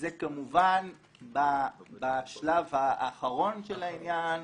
זה כמובן בשלב האחרון של העניין,